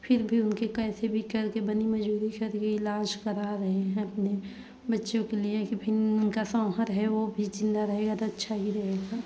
फिर भी उनकी कैसे भी कर के बनी मजूरी करके इलाज़ करा रहे हैं अपने बच्चों के लिए की फिर उनका शौहर है वह भी ज़िंदा रहेगा तो अच्छा ही रहेगा